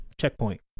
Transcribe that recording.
checkpoint